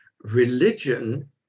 Religion